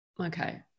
okay